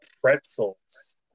pretzels